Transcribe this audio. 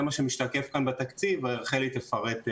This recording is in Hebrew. זה מה שמשתקף כאן בתקציב ורחלי תפרט בהמשך.